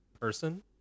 person